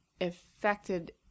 affected